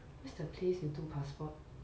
where's the place you do passport